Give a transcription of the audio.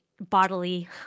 bodily